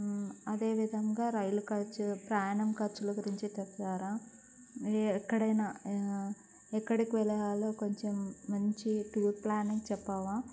అదేవిధంగా రైలు ఖర్చు ప్రయాణం ఖర్చుల గురించి చెప్తారా ఎక్కడైనా ఎక్కడికి వెళ్ళాలో కొంచెం మంచి టూర్ ప్లానింగ్ చెప్పావా